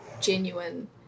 genuine